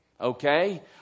okay